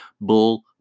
Bull